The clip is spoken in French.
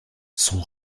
son